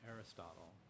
Aristotle